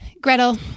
Gretel